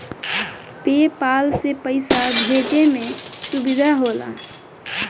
पे पाल से पइसा भेजे में सुविधा होला